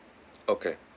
okay